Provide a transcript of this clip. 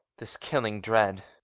this killing dread